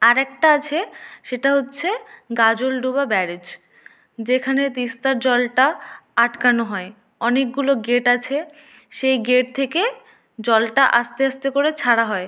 আরেকটা আছে সেটা হচ্ছে গজলডোবা ব্যারেজ যেখানে তিস্তার জলটা আটকানো হয় অনেকগুলো গেট আছে সেই গেট থেকে জলটা আস্তে আস্তে করে ছাড়া হয়